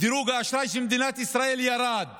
דירוג האשראי של מדינת ישראל ירד